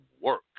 work